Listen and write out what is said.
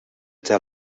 their